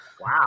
Wow